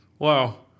Wow